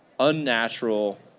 unnatural